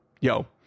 yo